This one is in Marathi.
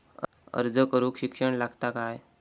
अर्ज करूक शिक्षण लागता काय?